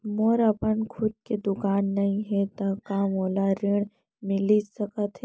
मोर अपन खुद के दुकान नई हे त का मोला ऋण मिलिस सकत?